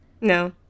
No